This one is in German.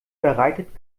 bereitet